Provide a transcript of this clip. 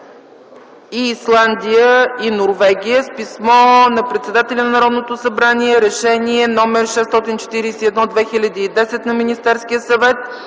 и Исландия и Норвегия. С писмо на председателя на Народното събрание Решение № 641 от 2010 г. на Министерския съвет